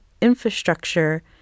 infrastructure